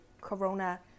Corona